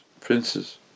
princes